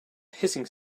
hissing